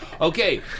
okay